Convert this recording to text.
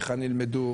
היכן ילמדו,